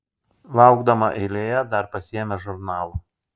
laukdama eilėje dar pasiėmė žurnalą